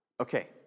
Okay